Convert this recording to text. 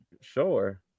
Sure